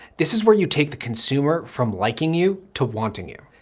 this is where you take the consumer from liking you to wanting you.